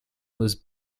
was